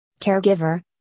caregiver